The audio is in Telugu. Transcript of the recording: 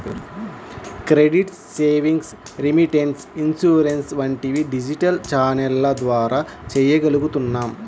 క్రెడిట్, సేవింగ్స్, రెమిటెన్స్, ఇన్సూరెన్స్ వంటివి డిజిటల్ ఛానెల్ల ద్వారా చెయ్యగలుగుతున్నాం